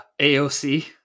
AOC